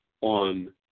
on